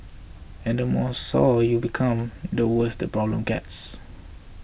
and the more sour you become the worse the problem gets